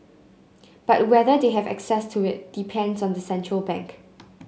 but whether they have access to it depends on the central bank